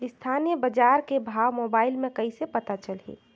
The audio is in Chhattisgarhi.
स्थानीय बजार के भाव मोबाइल मे कइसे पता चलही?